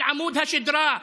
על עמוד השדרה,